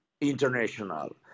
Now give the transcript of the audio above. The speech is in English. international